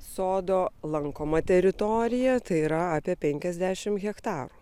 sodo lankoma teritorija tai yra apie penkiasdešimt hektarų